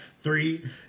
three